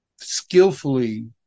skillfully